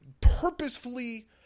purposefully